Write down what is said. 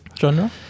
genre